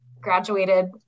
graduated